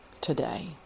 today